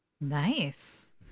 nice